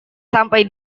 sampai